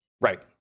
Right